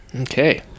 Okay